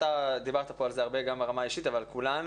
אתה דיברת כאן על זה הרבה גם ברמה האישית אבל כולנו